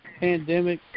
pandemic